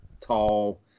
tall